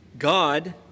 God